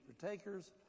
partakers